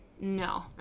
No